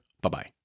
Bye-bye